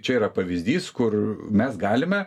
čia yra pavyzdys kur mes galime